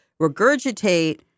regurgitate